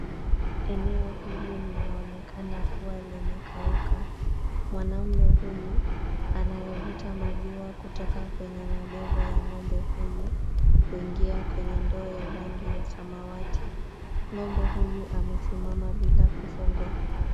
Eneo hili linaonekana kuwa limekauka. Mwanaume huyu anayevuta maziwa kutoka kwenye mabele ya ng'ombe huyu, kuingia kwenye ndoo ya rangi ya samawati. Ng'ombe huyu amesimama bila kufungwa.